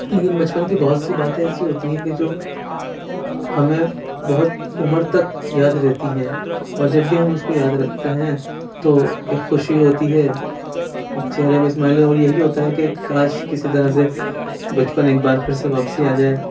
لیکن بچپن کی بہت سی باتیں ایسی ہوتی ہیں کہ جو ہمیں بہت عمر تک یاد رہتی ہیں اور جب بھی ہم اس کو یاد رکھتے ہیں تو ایک خوشی ہوتی ہے ایک چہرے پہ اسمائل اور یہی ہوتا ہے کہ کاش کسی طرح سے بچپن ایک بار پھر سے واپس آ جائے